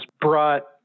brought